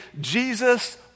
Jesus